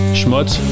Schmutz